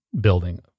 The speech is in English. building